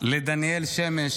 לדניאל שמש,